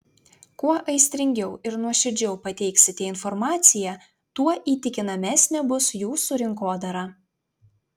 kuo aistringiau ir nuoširdžiau pateiksite informaciją tuo įtikinamesnė bus jūsų rinkodara